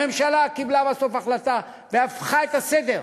הממשלה קיבלה בסוף החלטה והפכה את הסדר,